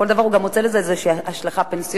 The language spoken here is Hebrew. לכל דבר הוא גם מוצא איזו השלכה פנסיונית,